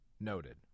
Noted